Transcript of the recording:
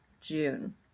June